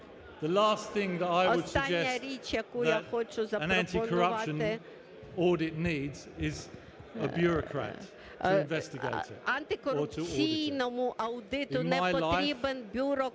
Остання річ, яку я хочу запропонувати.